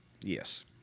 yes